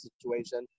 situation